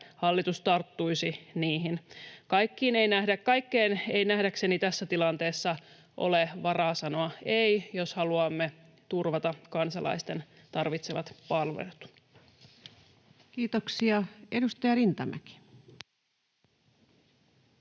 hallitus tarttuisi niihin. Kaikkeen ei nähdäkseni tässä tilanteessa ole varaa sanoa ei, jos haluamme turvata kansalaisten tarvitsemat palvelut. Kiitoksia. — Edustaja Rintamäki.